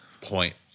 point